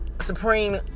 supreme